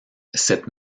cette